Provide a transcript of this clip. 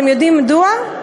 אתם יודעים למה?